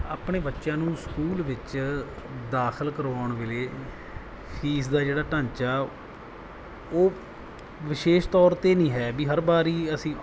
ਆਪਣੇ ਬੱਚਿਆਂ ਨੂੰ ਸਕੂਲ ਵਿੱਚ ਦਾਖਲ ਕਰਵਾਉਣ ਵੇਲੇ ਫੀਸ ਦਾ ਜਿਹੜਾ ਢਾਂਚਾ ਉਹ ਵਿਸ਼ੇਸ਼ ਤੌਰ 'ਤੇ ਨਹੀਂ ਹੈ ਵੀ ਹਰ ਵਾਰੀ ਅਸੀਂ